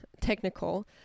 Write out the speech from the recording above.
technical